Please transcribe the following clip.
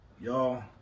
Y'all